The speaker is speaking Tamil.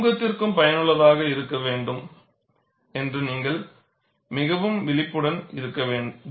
சமூகத்திற்கு பயனுள்ளதாக இருக்க வேண்ட்ம் என்று நீங்கள் மிகவும் விழிப்புடன் இருக்க வேண்டும்